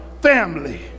family